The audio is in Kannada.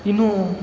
ಇನ್ನು